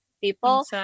people